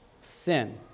sin